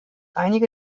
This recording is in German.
einige